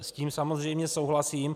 S tím samozřejmě souhlasím.